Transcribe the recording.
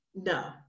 no